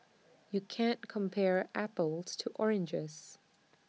you can't compare apples to oranges